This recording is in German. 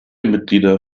mitglieder